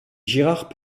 girard